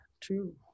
two